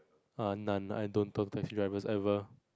err none I don't talk to taxi drivers ever